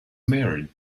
married